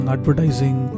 Advertising